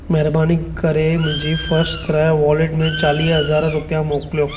महिरबानी करे मुंहिंजी फर्स्टक्राई वॉलेट में चालीह हज़ार रुपिया मोकिलियो